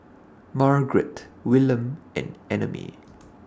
Margaret Willam and Annamae